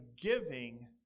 giving